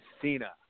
Cena